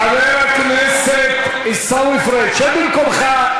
חבר הכנסת עיסאווי פריג', שב במקומך.